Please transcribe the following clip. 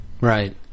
Right